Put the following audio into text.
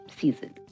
season